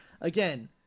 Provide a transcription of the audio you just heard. Again